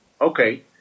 Okay